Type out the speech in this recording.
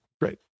Great